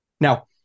Now